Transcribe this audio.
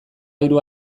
hiru